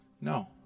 No